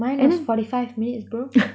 mine was forty five minutes bro